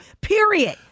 Period